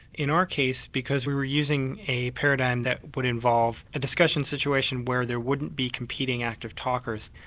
in our case, because we were using a paradigm that would involve a discussion situation where there wouldn't be competing active talkers,